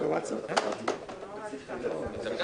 זה בסכמה, כן.